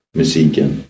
musiken